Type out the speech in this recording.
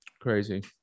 crazy